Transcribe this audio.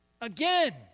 Again